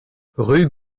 rue